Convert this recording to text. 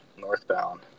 northbound